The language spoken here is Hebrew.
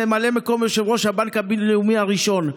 ממלא מקום יושב-ראש הבנק הבינלאומי הראשון,